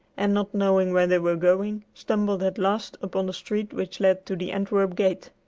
and, not knowing where they were going, stumbled at last upon the street which led to the antwerp gate.